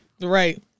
Right